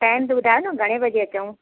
time त ॿुधायो न घणे बजे अचांव